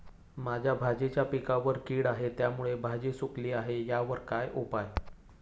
माझ्या भाजीच्या पिकावर कीड आहे त्यामुळे भाजी सुकली आहे यावर काय उपाय?